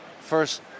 first